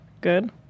Good